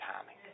timing